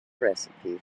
recipe